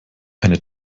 eine